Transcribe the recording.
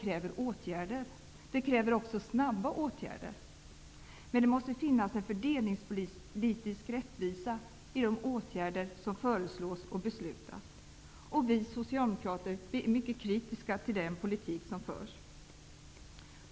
kräver åtgärder. Det kräver också snabba åtgärder. Men det måste finnas en fördelningspolitisk rättvisa i de åtgärder som föreslås och beslutas. Vi socialdemokrater är mycket kritiska mot den politik som förs.